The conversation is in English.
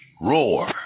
roar